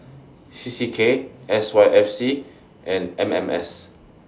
C C K S Y F C and M M S